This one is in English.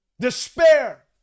despair